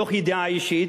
מתוך ידיעה אישית,